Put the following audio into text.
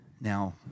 Now